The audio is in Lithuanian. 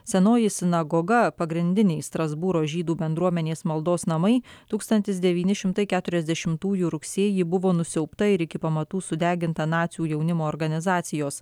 senoji sinagoga pagrindiniai strasbūro žydų bendruomenės maldos namai tūkstantis devyni šimtai keturiasdešimtųjų rugsėjį buvo nusiaubta ir iki pamatų sudeginta nacių jaunimo organizacijos